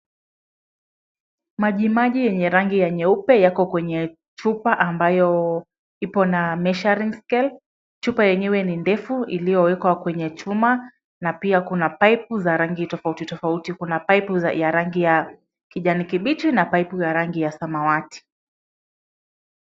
Majimaji yenye rangi ya nyeupe yako kwenye chupa ambayo ipo na measuring scale .Chupa yenyewe ni ndefu iliyowekwa kwenye chuma na pia kuna paipu za rangi tofauti tofauti. Kuna paipu ya rangi ya kijani kibichi na paipu ya rangi ya samawati.